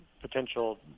potential